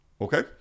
okay